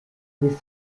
les